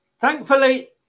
Thankfully